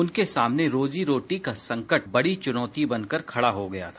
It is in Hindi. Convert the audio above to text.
उनके सामने रोजी रोटी का संकट बड़ी चुनौती बनकर खड़ा हो गया था